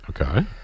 Okay